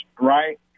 right